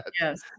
yes